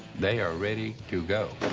they are ready to go.